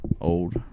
old